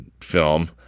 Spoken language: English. film